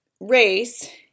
race